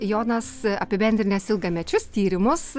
jonas apibendrinęs ilgamečius tyrimus